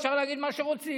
אפשר להגיד מה שרוצים.